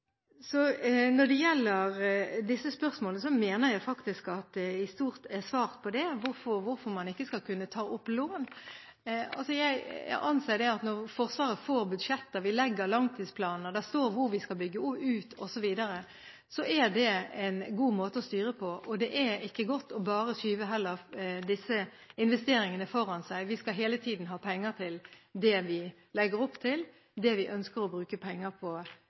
Når det gjelder disse spørsmålene, mener jeg faktisk at det i stort er svart på dem, bl.a. på hvorfor man ikke skal kunne ta opp lån. Jeg anser at når Forsvaret får budsjetter, og vi legger langtidsplaner der det står hvor vi skal bygge ut osv., er det en god måte å styre på, og det er heller ikke godt bare å skyve disse investeringene foran seg. Vi skal hele tiden ha penger til det vi legger opp til, det vi ønsker å bruke penger på